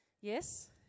Yes